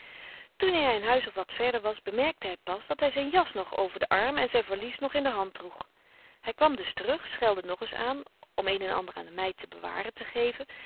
toen hij een huis of wat verder was bemerkte hij pas dat hij zijn jas nog over den arm en zijn valies nog in de hand droeg hij kwam dus terug schelde nog eens aan om een en ander aan de meid te bewaren te geven